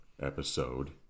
episode